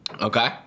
Okay